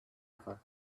other